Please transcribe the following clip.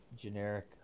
Generic